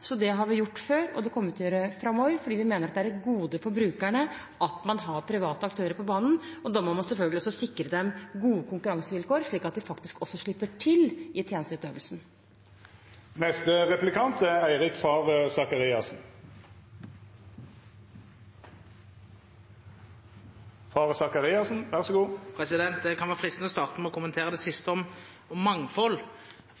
Så det har vi gjort før, og det kommer vi til å gjøre framover, fordi vi mener det er et gode for brukerne at man har private aktører på banen. Da må man selvfølgelig også sikre dem gode konkurransevilkår, slik at de faktisk slipper til i tjenesteutøvelsen. Det kan være fristende å starte med å kommentere det siste, om mangfold,